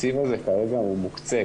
התקציב הזה כרגע מוקצה.